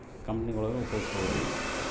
Certified cheque ಎಲ್ಲಿ ಉಪಯೋಗಿಸ್ಬೋದು?